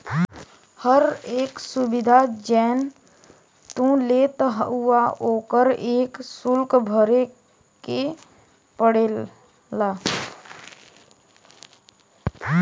हर एक सुविधा जौन तू लेत हउवा ओकर एक सुल्क भरे के पड़ला